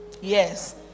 Yes